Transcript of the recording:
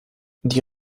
die